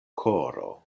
koro